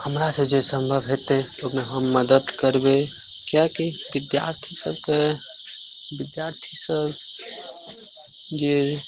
हमरा से जे सम्भव हेतै अपने हम मदद करबै किएकि विद्यार्थी सबके विद्यार्थी सब जे